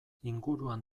inguruan